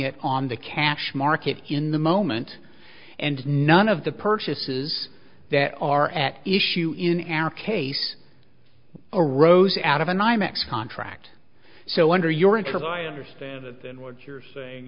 it on the cash market in the moment and none of the purchases that are at issue in error case arose out of an imax contract so under your interview i understand it then what you're saying